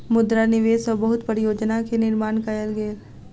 मुद्रा निवेश सॅ बहुत परियोजना के निर्माण कयल गेल